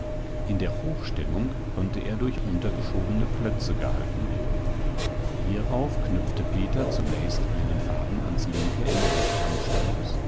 in der hochstellung konnte er durch untergeschobene klötze gehalten werden hierauf knüpfte peter zunächst einen faden ans linke ende des